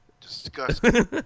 Disgusting